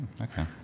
Okay